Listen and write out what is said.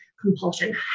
compulsion